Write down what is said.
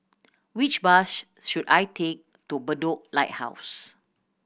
which bus should I take to Bedok Lighthouse